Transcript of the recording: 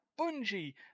Bungie